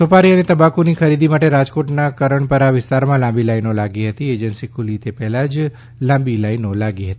સોપારી અને તમાકુ ની ખરીદી માટે રાજકોટના કરણપરા વિસ્તારમાં લાંબી લાઈનો લાગી હતી એજન્સી ખૂલે તે પહેલાં જ લાંબી લાઈનો લાગી હતી